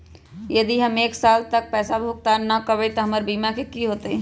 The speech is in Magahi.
यदि हम एक साल तक पैसा भुगतान न कवै त हमर बीमा के की होतै?